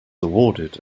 awarded